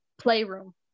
playroom